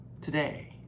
today